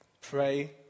Pray